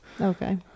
Okay